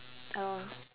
oh